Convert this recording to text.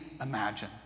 imagine